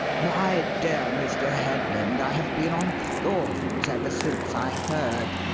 my dear mr. headland, i have been on thorns ever since i heard,